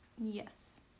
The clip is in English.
Yes